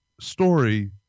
story